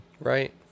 Right